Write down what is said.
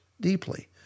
deeply